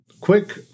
quick